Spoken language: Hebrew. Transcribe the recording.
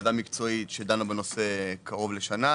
ועדה מקצועית שדנה בנושא קרוב לשנה,